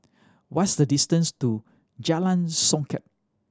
what's the distance to Jalan Songket